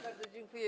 Bardzo dziękuję.